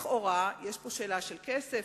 לכאורה יש פה שאלה של כסף,